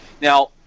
Now